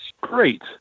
Great